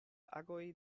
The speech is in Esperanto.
agoj